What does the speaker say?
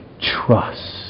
trust